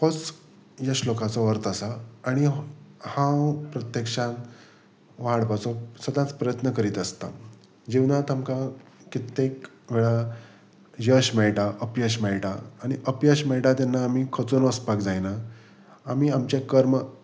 होच ह्या श्लोकाचो अर्थ आसा आनी हांव प्रत्यक्षान वाडपाचो सदांच प्रयत्न करीत आसता जिवनांत आमकां कित्येक वेळा यश मेळटा अपयश मेळटा आनी अपयश मेळटा तेन्ना आमी खचून वचपाक जायना आमी आमचें कर्म